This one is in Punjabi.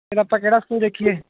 ਫਿਰ ਆਪਾਂ ਕਿਹੜਾ ਸਕੂਲ ਦੇਖੀਏ